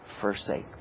forsake